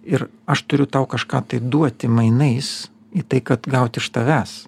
ir aš turiu tau kažką tai duoti mainais į tai kad gaut iš tavęs